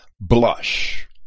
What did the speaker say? blush